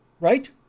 Right